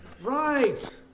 Right